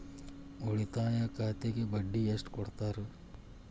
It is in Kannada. ಉಳಿತಾಯ ಖಾತೆಗೆ ಬಡ್ಡಿ ಎಷ್ಟು ಕೊಡ್ತಾರ?